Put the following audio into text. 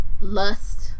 Lust